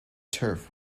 turf